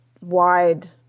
wide-